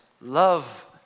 love